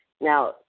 Now